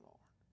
Lord